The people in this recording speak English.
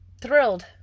thrilled